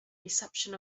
reception